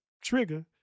trigger